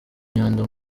myanda